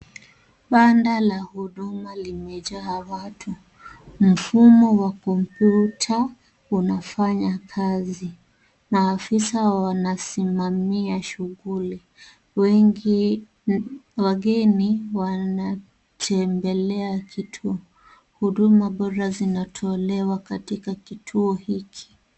Banda la Huduma limejaa watu. Mfumo wa kompyuta unafanya kazi na afisa wanasimamia shughuli. Wageni wanatembelea kituo. Huduma bora zinatolewa katika kituo hiki.